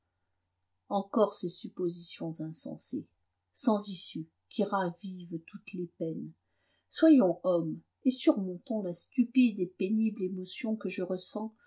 encore ces suppositions insensées sans issue qui ravivent toutes les peines soyons homme et surmontons la stupide et pénible émotion que je ressens